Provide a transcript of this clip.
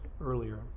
earlier